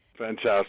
Fantastic